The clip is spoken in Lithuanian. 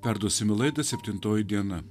perduosime laidą septintoji diena